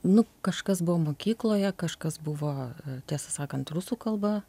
nu kažkas buvo mokykloje kažkas buvo tiesą sakant rusų kalba